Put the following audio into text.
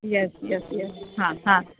yes yes yes હા હા